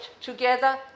together